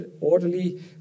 orderly